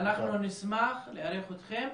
כן, אנחנו נשמח לארח אתכם,